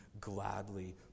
gladly